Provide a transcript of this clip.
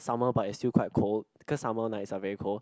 summer but it's still quite cold cause summer nights are very cold